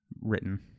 written